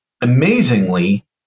Amazingly